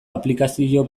aplikazio